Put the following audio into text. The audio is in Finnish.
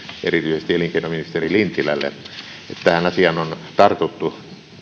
erityisesti elinkeinoministeri lintilälle että tähän asiaan on tartuttu